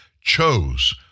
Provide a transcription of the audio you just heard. chose